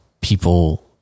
people